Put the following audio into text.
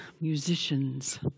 musicians